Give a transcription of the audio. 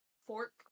Fork